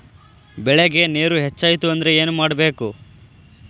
ಬೆಳೇಗ್ ನೇರ ಹೆಚ್ಚಾಯ್ತು ಅಂದ್ರೆ ಏನು ಮಾಡಬೇಕು?